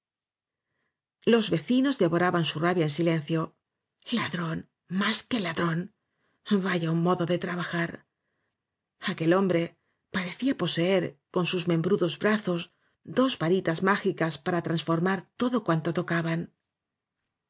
los vecinos devoraban su rabia en silencio ladrón más que ladrón vaya un modo de trabajar aquel hombre parecía poseer con sus membrudos brazos dos varitas mágicas para transformar todo cuanto tocaban dos